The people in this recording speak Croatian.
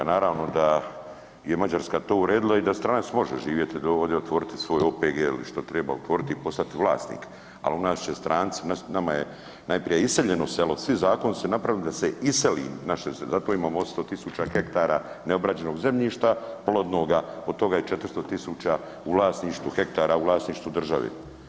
Naravno da je Mađarska to uredila i da stranac može živjeti ovdje i otvoriti svoj OPG ili što treba otvoriti i postati vlasnik, ali u nas će stranci, nama je najprije iseljeno selo, svi zakoni su napravljeni da se iseli naše, zato imamo 100.000 hektara neobrađenoga zemljišta plodnoga, od toga je 400.000 u vlasništvu, hektara, u vlasništvu države.